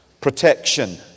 protection